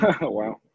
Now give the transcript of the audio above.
wow